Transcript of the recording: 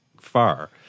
far